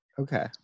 Okay